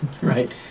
Right